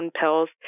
pills